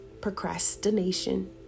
procrastination